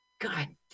god